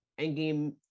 Endgame